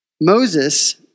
Moses